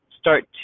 start